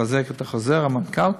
לחזק את חוזר המנכ"ל,